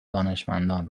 دانشمندان